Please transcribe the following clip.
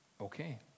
Okay